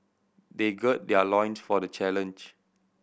they good their loins for the challenge